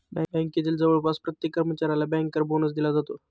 बँकेतील जवळपास प्रत्येक कर्मचाऱ्याला बँकर बोनस दिला जातो